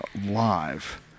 live